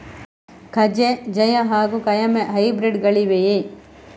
ಕಜೆ ಜಯ ಹಾಗೂ ಕಾಯಮೆ ಹೈಬ್ರಿಡ್ ಗಳಿವೆಯೇ?